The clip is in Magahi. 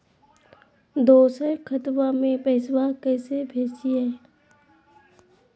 दोसर खतबा में पैसबा कैसे भेजिए?